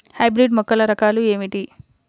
Hybrid మొక్కల రకాలు ఏమిటీ?